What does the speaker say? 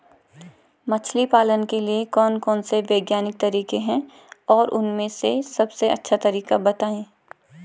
मछली पालन के लिए कौन कौन से वैज्ञानिक तरीके हैं और उन में से सबसे अच्छा तरीका बतायें?